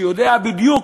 שיודע בדיוק,